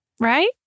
Right